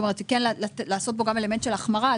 כלומר לעשות בו אלמנט של החמרה,